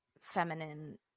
feminine